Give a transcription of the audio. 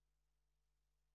אם